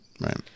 Right